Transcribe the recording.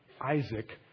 Isaac